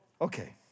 Okay